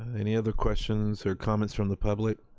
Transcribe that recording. any other questions or comments from the public?